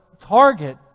target